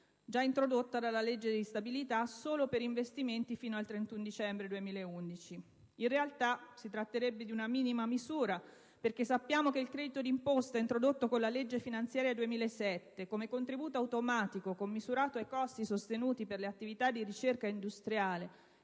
già introdotta dalla legge di stabilità solo per investimenti fino al 31 dicembre 2011. In realtà, si tratterebbe di una minima misura perché sappiamo che il credito di imposta introdotto con la legge finanziaria 2007 come contributo automatico commisurato ai costi sostenuti per le attività di ricerca industriale